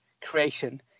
Creation